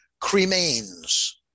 Cremains